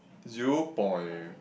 zero point